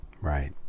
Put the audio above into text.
Right